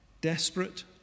desperate